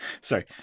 Sorry